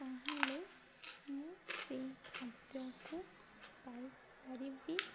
ତାହେଲେ ମୁଁ ସେଇ ଖାଦ୍ୟକୁ ପାଇପାରିବି